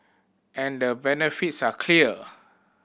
and the benefits are clear